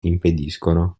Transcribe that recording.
impediscono